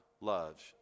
loves